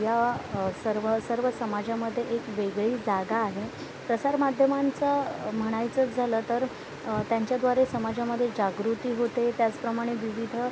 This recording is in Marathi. या सर्व सर्व समाजामध्ये एक वेगळी जागा आहे प्रसारमाध्यमांचं म्हणायचंच झालं तर त्यांच्याद्वारे समाजामध्ये जागृती होते त्याचप्रमाणे विविध